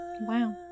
wow